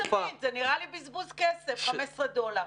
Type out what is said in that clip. נראה לי בזבוז כסף, 15 דולר.